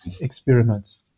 experiments